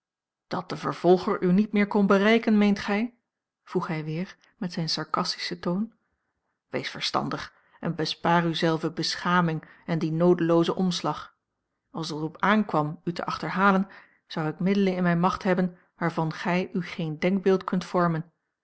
dat de vervolger u niet meer kon bereiken meent gij vroeg hij weer met zijn sarcastischen toon wees verstandig en bespaar u zelve beschaming en dien noodeloozen omslag als het er op aankwam u te achterhalen zou ik middelen in mijne macht hebben waarvan gij u geen denkbeeld kunt vormen